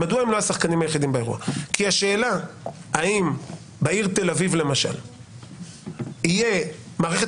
כי השאלה האם בעיר תל אביב למשל תהיה מערכת